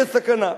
יש סכנה.